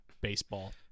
baseball